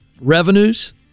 revenues